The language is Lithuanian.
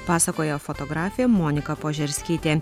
pasakoja fotografė monika požerskytė